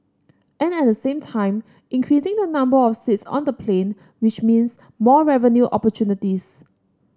and at the same time increasing the number of seats on the plane which means more revenue opportunities